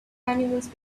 animals